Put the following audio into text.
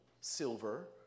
silver